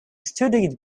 studied